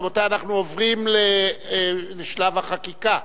רבותי, אנחנו עוברים לשלב החקיקה,